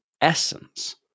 essence